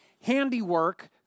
handiwork